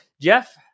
Jeff